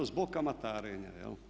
Zbog kamatarenja.